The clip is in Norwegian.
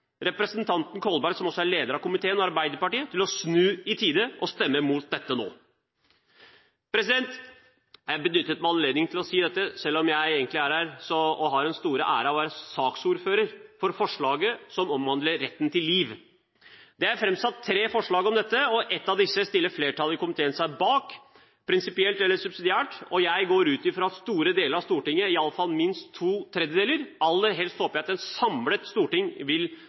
representanten Kolberg – som også er leder av komiteen – og Arbeiderpartiet om å snu i tide og stemme imot dette nå. Jeg benyttet meg av anledningen til å si dette selv om jeg egentlig er her fordi jeg har den store ære å være saksordfører for forslaget som omhandler retten til liv. Det er framsatt tre forslag om dette, og ett av disse stiller flertallet i komiteen seg bak, prinsipielt eller subsidiært, og jeg går ut fra at store deler av Stortinget, iallfall minst to tredjedeler – aller helst håper jeg et samlet storting – vil